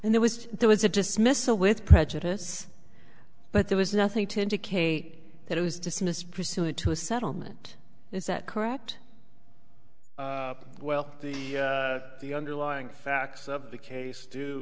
and there was there was a dismissal with prejudice but there was nothing to indicate that it was dismissed pursuant to a settlement is that correct well the the underlying facts of the case do